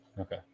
Okay